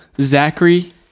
Zachary